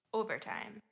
overtime